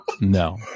no